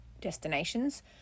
destinations